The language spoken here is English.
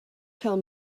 tell